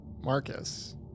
Marcus